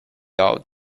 out